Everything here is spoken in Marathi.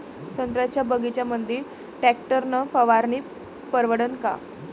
संत्र्याच्या बगीच्यामंदी टॅक्टर न फवारनी परवडन का?